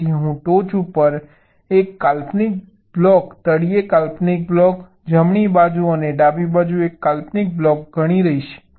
તેથી હું ટોચ ઉપર એક કાલ્પનિક બ્લોક તળિયે કાલ્પનિક બ્લોક જમણી બાજુ અને ડાબી બાજુ એક કાલ્પનિક બ્લોક ગણીશ